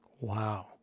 Wow